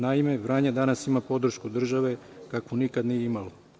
Naime, Vranje danas ima podršku države kakvu nikad nije imalo.